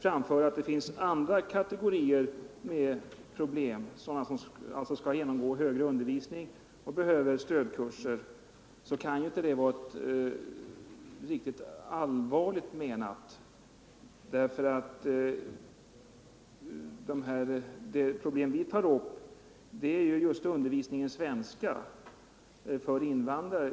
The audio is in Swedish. framför att det finns andra kategorier med problem och nämner dem som skall genomgå högre undervisning och behöver stödkurser, så kan det inte vara ett riktigt allvarligt menat argument, därför att de problem som vi tar upp är just undervisning i svenska för invandrare.